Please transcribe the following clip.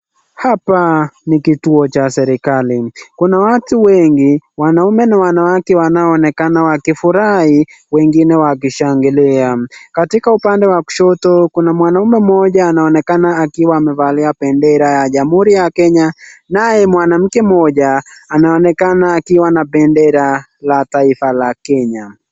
Hapa ni kituo cha serikali Kuna watu wengi wanaume na wanawake wanaonekana wakifurahi wengine wakishangilia, katika upande wa kushoto Kuna mwanamme Mmoja anaonekana akiwa amevalia pendera ya jamhuri ya Kenya naye mwanamke Mmoja anaonekana akiwa na pendera la taifa la Kenya .